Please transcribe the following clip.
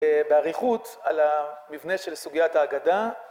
באריכות על המבנה של סוגיית ההגדה